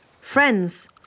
Friends